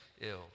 ill